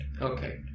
Okay